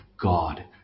God